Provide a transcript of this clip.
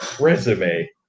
resume